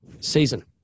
season